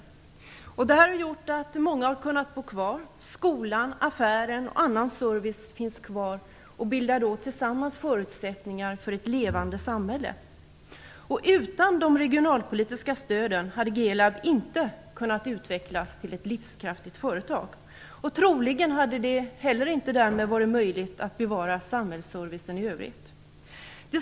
Det här har gjort att många har kunnat bo kvar. Skolan och affären och annan service finns kvar och skapar tillsammans förutsättningar för att bevara ett levande samhälle. Utan de regionalpolitiska stöden hade Gelab inte kunnat utvecklas till ett livskraftigt företag. Troligen hade det därmed inte heller varit möjligt att bevara samhällsservicen i övrigt.